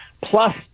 Plus